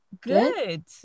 Good